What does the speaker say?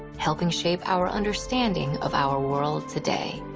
helping shape our understanding of our world today.